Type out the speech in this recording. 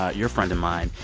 ah your friend of mine.